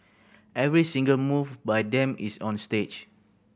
every single move by them is on stage